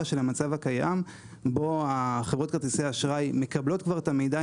של המצב הקיים בו חברות כרטיסי האשראי מקבלות כבר את המידע,